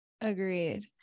Agreed